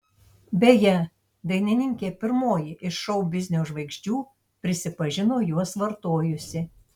beje dainininkė pirmoji iš šou biznio žvaigždžių prisipažino juos vartojusi